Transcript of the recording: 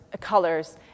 colors